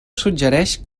suggereix